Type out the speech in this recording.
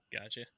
gotcha